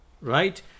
right